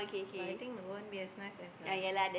but I think won't be as nice as the